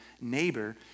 neighbor